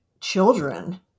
children